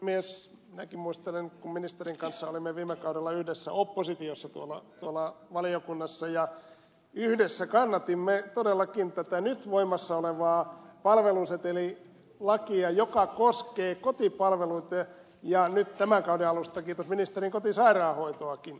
minäkin muistelen kun ministerin kanssa olimme viime kaudella yhdessä oppositiossa valiokunnassa ja yhdessä kannatimme todellakin tätä nyt voimassa olevaa palvelusetelilakia joka koskee kotipalveluita ja nyt tämän kauden alusta kiitos ministerin kotisairaanhoitoakin